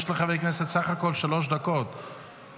יש לחבר הכנסת שלוש דקות בסך הכול.